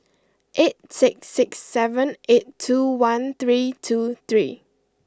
eight six six seven eight two one three two three